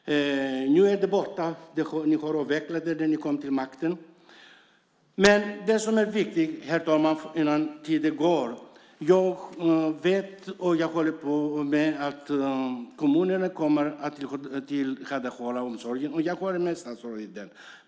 Nu är den borta. Ni avvecklade den när ni kom till makten. Herr talman! Det är viktigt att kommunerna tillhandahåller omsorgen. Jag håller med statsrådet om det.